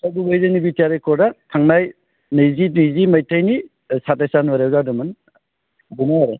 दा गुबैयै जोंनि बिटिआर एकर्डआ थांनाय नैजि नैजि मायथाइनि साथाइस जानुवारिआव जादोंमोन बेनो आरो